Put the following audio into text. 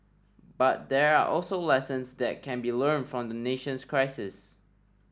but there are also lessons that can be learnt from the nation's crisis